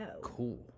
Cool